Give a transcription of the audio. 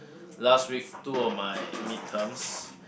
last week two of my mid terms